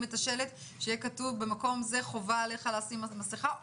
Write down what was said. את השלט שיהיה כתוב: במקום זה חובה עליך לשים מסכה,